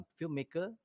filmmaker